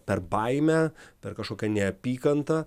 per baimę per kažkokią neapykantą